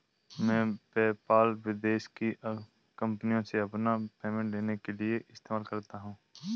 मैं पेपाल विदेश की कंपनीयों से अपना पेमेंट लेने के लिए इस्तेमाल करता हूँ